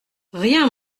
rien